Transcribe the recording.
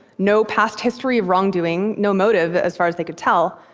no past history of wrongdoing, no motive as far as they could tell.